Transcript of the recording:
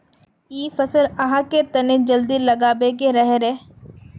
इ फसल आहाँ के तने जल्दी लागबे के रहे रे?